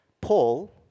Paul